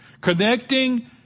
Connecting